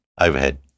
overhead